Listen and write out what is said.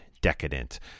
Decadent